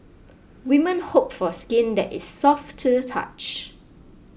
women hope for skin that is soft to the touch